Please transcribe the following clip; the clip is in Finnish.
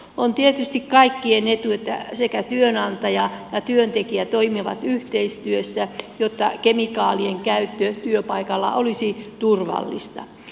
on tietysti kaikkien etu että työnantaja ja työntekijä toimivat yhteistyössä jotta kemikaalien käyttö työpaikalla olisi turvallista